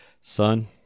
Son